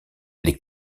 les